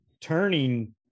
turning